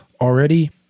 already